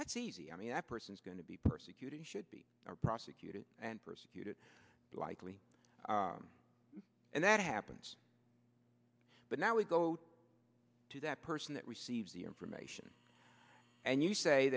that's easy i mean that person's going to be persecuted should be prosecuted and persecuted likely and that happens but now we go to that person that receives the information and you say